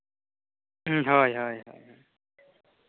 ᱦᱳᱭ ᱦᱳᱭ